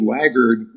laggard